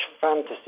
fantasy